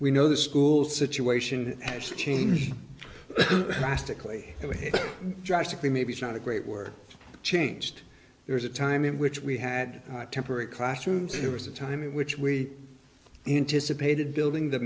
we know the school situation has changed drastically it would drastically maybe it's not a great work changed there was a time in which we had temporary classrooms there was a time in which we anticipated building the